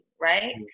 right